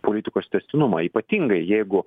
politikos tęstinumą ypatingai jeigu